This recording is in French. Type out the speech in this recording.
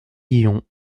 guillon